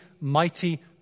mighty